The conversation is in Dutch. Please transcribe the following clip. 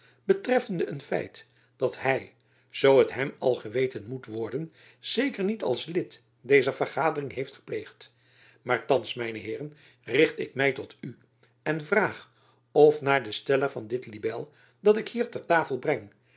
betreffende een feit dat hy zoo het hem al geweten moet worden zeker niet als lid dezer vergadering heeft gepleegd maar thands mijne heeren richt ik my tot u en vraag of naar den steller van het libel dat ik hier ter tafel breng